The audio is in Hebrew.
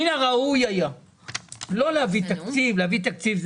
מן הראוי היה לא להביא תקציב להביא תקציב,